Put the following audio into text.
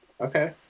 Okay